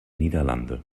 niederlande